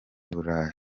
burayi